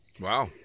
Wow